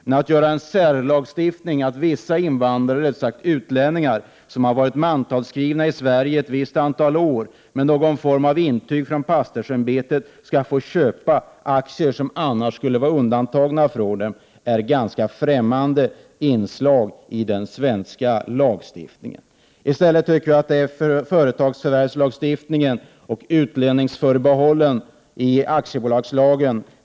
En särreglering så att vissa invandrare som har varit mantalsskrivna i Sverige ett visst antal år med hjälp av någon form av intyg från pastorsämbetet skulle kunna få köpa aktier som annars skulle vara undantagna från dem är dock ett ganska främmande inslag i den svenska lagstiftningen. Vi tycker i stället att det finns anledning att se över företagsförvärvslagstiftningen och utlänningsförbehållen i aktiebolagslagen.